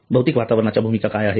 भौतिक वातावरणाच्या भूमिका काय आहेत